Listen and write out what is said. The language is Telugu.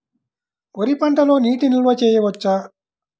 వరి పంటలో నీటి నిల్వ చేయవచ్చా?